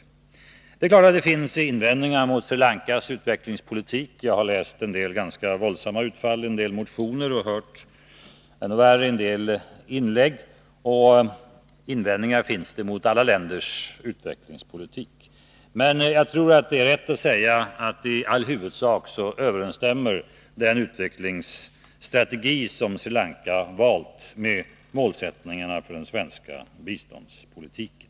Nr 175 Det är klart att det finns invändningar mot Sri Lankas utvecklingspolitik. Fredagen den Jag har läst en del ganska våldsamma utfall i motioner och hört ännu värre 11 juni 1982 saker i en del inlägg. Invändningar finns det ju mot alla länders utvecklingspolitik. Men jag tror det är rätt att säga att i all huvudsak överensstämmer den utvecklingsstrategi som Sri Lanka valt med målsättningarna för den kraftverksprojektet svenska biståndspolitiken.